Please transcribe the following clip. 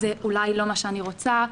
זה אולי לא מה שאני רוצה,